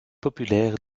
populaire